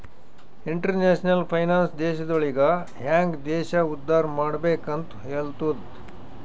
international finance ದೇಶಗೊಳಿಗ ಹ್ಯಾಂಗ್ ದೇಶ ಉದ್ದಾರ್ ಮಾಡ್ಬೆಕ್ ಅಂತ್ ಹೆಲ್ತುದ